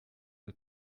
nur